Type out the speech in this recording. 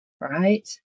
right